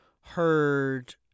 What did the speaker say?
heard